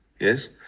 yes